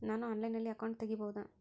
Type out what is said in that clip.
ನಾನು ಆನ್ಲೈನಲ್ಲಿ ಅಕೌಂಟ್ ತೆಗಿಬಹುದಾ?